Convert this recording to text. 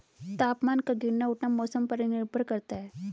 तापमान का गिरना उठना मौसम पर निर्भर करता है